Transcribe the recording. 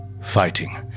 fighting